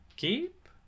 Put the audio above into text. Keep